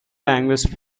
languages